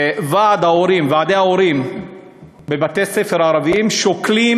ועדי ההורים בבתי-הספר הערביים שוקלים